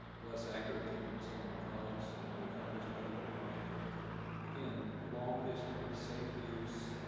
less accurate than some of my colleagues in other companies may ah provide. but again, long history, safe use,